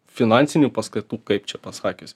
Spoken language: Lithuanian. finansinių paskatų kaip čia pasakius